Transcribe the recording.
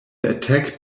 attack